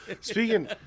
Speaking